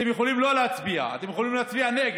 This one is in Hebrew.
אתם יכולים לא להצביע, אתם יכולים להצביע נגד.